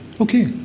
Okay